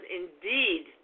indeed